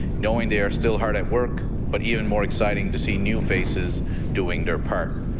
knowing they are still hard at work but even more exciting to see new faces doing their part.